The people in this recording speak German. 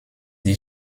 die